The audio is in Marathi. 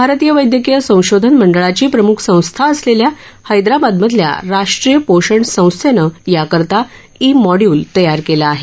भारतीय वैद्यकीय संशोधन मंडळाची प्रम्ख संस्था असलेल्या हैदराबादमधल्या राष्ट्रीय पोषण संस्थेनं याकरता ई मॉड्युल तयार केलं आहे